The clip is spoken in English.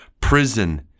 prison